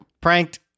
Pranked